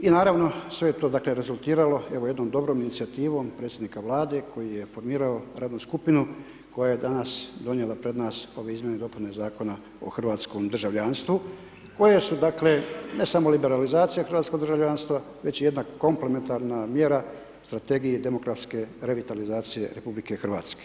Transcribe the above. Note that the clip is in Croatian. I naravno sve je to dakle rezultiralo evo jednom dobrom inicijativom i predsjednika Vlade koji je formirao radnu skupinu koja je danas donijela pred nas ove Izmjene i dopune Zakona o hrvatskom državljanstvu koje su dakle ne samo liberalizacija hrvatskog državljanstva već i jedna komplementarna mjera Strategije demografske, revitalizacije RH.